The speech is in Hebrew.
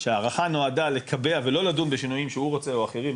שהארכה נועדה לקבע ולא לדון בשינויים שהוא רוצה או אחרים?